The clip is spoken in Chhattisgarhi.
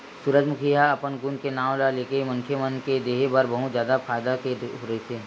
सूरजमूखी ह अपन गुन के नांव लेके मनखे मन के देहे बर बहुत जादा फायदा के रहिथे